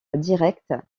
direct